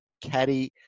caddy